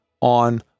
on